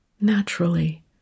naturally